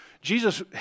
Jesus